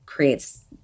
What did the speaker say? Creates